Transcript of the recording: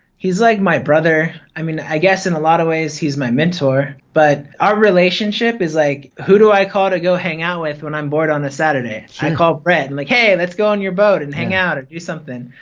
he's like my brother. i mean i guess in a lot of ways, he's my mentor but our relationship is like, who do i call to go hang out with when i'm bored on a saturday? i call brett and like, hey, let's go on your boat and hang out and do something,